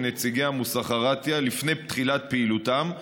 עם נציגי המוסחראתייה לפני תחילת פעילותם,